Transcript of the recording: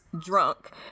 drunk